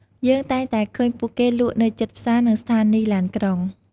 យើងតែងតែឃើញពួកគេលក់នៅជិតផ្សារ និងស្ថានីយ៍ឡានក្រុង។